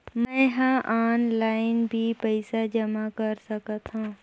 मैं ह ऑनलाइन भी पइसा जमा कर सकथौं?